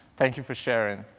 thank you for sharing.